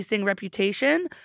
Reputation